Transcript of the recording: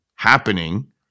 happening